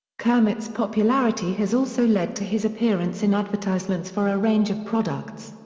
kermit's popularity has also led to his appearance in advertisements for a range of products.